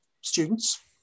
students